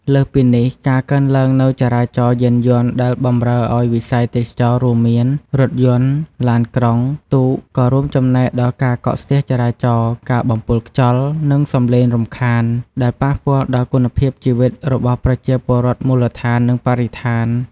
លើសពីនេះ ការកើនឡើងនូវចរាចរណ៍យានយន្តដែលបម្រើឱ្យវិស័យទេសចរណ៍ រួមមាន រថយន្ត ឡានក្រុង ទូក ក៏រួមចំណែកដល់ការកកស្ទះចរាចរណ៍ ការបំពុលខ្យល់ និងសំឡេងរំខាន ដែលប៉ះពាល់ដល់គុណភាពជីវិតរបស់ប្រជាពលរដ្ឋមូលដ្ឋាន និងបរិស្ថាន។